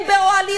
הן באוהלים,